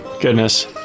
Goodness